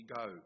go